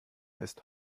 ist